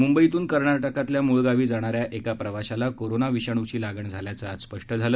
मंबईतून कर्नाटकातल्या मुळगावी जाणाऱ्या एका प्रवाशाला कोरोना विषाणूची लागण झाल्याचं आज स्पष्ट झालं